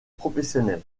professionnel